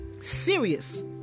serious